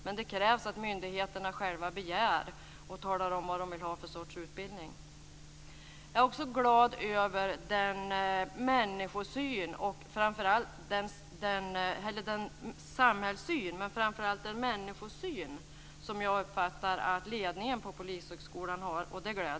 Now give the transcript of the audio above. Men det krävs att myndigheterna själva begär det och talar om vilken sorts utbildning som de vill ha. Jag är också glad över den samhällssyn men framför allt den människosyn som jag uppfattar att ledningen på Polishögskolan har.